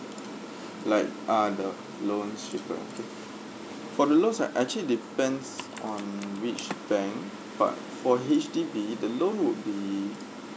like ah the loan's cheaper okay for the loans are actually depends on which bank for for H_D_B the loan would be